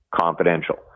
confidential